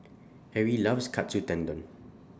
Erie loves Katsu Tendon